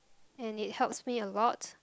and it helps me a lot